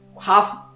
Half